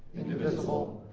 indivisible,